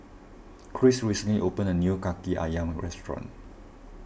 Cris recently opened a new Kaki Ayam restaurant